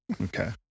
Okay